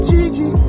Gigi